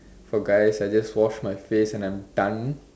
for guys I just wash my face and I'm done